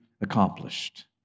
accomplished